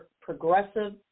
progressive